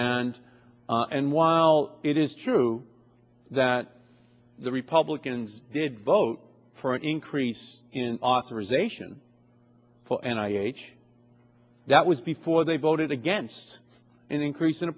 and and while it is true that the republicans did vote for an increase in authorization well and i h that was before they voted against an increase in